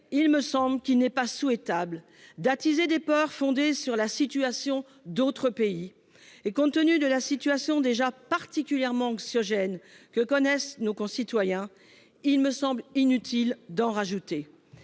à l'IVG. Il n'est pas souhaitable d'attiser des peurs fondées sur la situation d'autres pays. Compte tenu du climat déjà particulièrement anxiogène que connaissent nos concitoyens, il me semble inutile d'en rajouter.